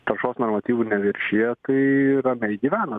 taršos normatyvų neviršija tai ramiai gyvena